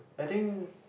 I think